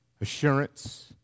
assurance